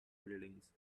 buildings